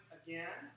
again